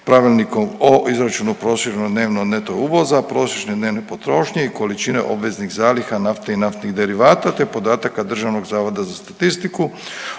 Pravilnika o izračunu prosječno dnevno neto uvoza, prosječne dnevne potrošnje i količine obveznih zaliha nafte i naftnih derivata te podataka Državnog zavoda za statistiku